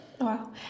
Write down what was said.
Wow